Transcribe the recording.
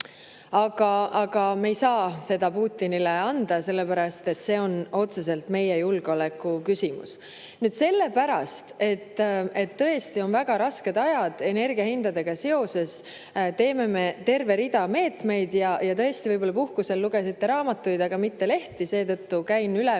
Aga me ei saa seda Putinile [võimaldada], sellepärast et see on otseselt meie julgeoleku küsimus. Sellepärast, et tõesti on väga rasked ajad energiahindadega seoses, teeme me terve rea meetmeid. Võib-olla te puhkusel olles lugesite raamatuid, mitte lehti, seetõttu käin üle,